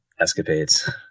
escapades